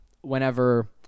whenever